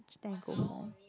then I go home